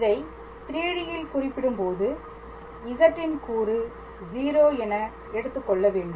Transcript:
இதை 3D ல் குறிப்பிடும்போது z ன் கூறு 0 என எடுத்துக்கொள்ள வேண்டும்